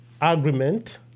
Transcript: agreement